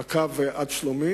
בלי תשלום, הקו עד שלומי.